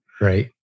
Right